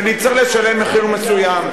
ונצטרך לשלם מחיר מסוים.